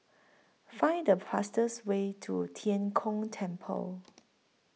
Find The fastest Way to Tian Kong Temple